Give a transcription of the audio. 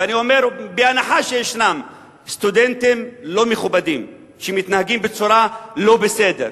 ואני אומר בהנחה שיש סטודנטים לא מכובדים שמתנהגים לא בסדר,